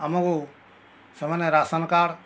ଆମକୁ ସେମାନେ ration card